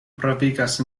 pravigas